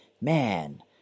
man